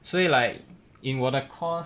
所以 like in 我的 course